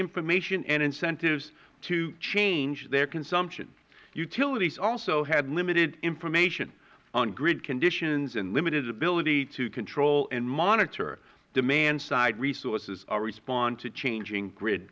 information and incentives to change their consumption utilities also had limited information on grid conditions and limited ability to control and monitor demand side resources or respond to changing grid